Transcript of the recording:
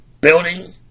Building